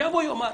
שיבוא, יאמר,